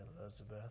Elizabeth